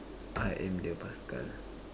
I am the paskal